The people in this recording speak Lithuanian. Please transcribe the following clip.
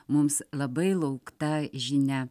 mums labai laukta žinia